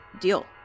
deal